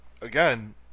again